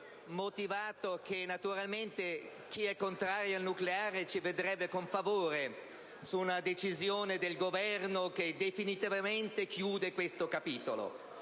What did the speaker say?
motivato che naturalmente chi è contrario al nucleare vedrebbe con favore una decisione del Governo che definitivamente chiudesse questo capitolo.